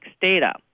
data